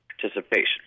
participation